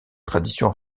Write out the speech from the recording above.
tradition